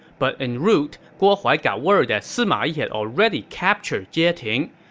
but en route, guo huai got word that sima yi had already captured jieting,